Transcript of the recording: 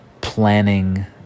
planning